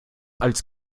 als